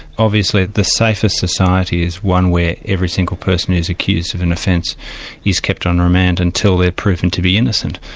obviously the safest society is one where every single person who's accused of an offence is kept on remand until they're proven to be innocent.